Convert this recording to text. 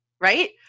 right